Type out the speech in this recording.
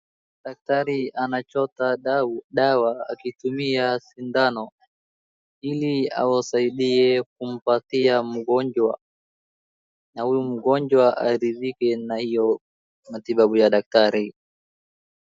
Daktari anachota dawa akitumia sindano ili awasaidie kumpatia mgonjwa na huyu mgonjwa aridhike na hiyo matibabu ya daktari.